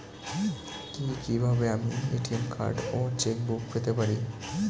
কি কিভাবে আমি এ.টি.এম কার্ড ও চেক বুক পেতে পারি?